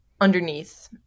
underneath